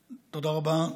תודה רבה,